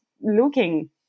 looking